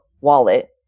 wallet